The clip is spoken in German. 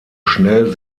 schnell